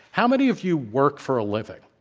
how many of you work for a living?